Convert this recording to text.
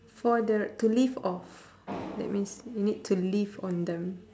for the to live off that means you need to live on them